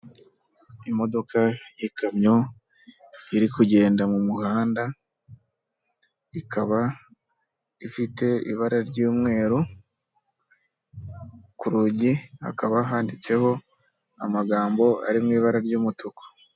Imodoka y'ikamyo iri kugenda mu muhanda, ikaba ifite ibara ry'umweru, ku rugi hakaba handitseho amagambo ari mu ibara ry'umutuku.